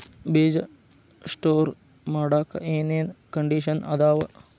ಬೇಜ ಸ್ಟೋರ್ ಮಾಡಾಕ್ ಏನೇನ್ ಕಂಡಿಷನ್ ಅದಾವ?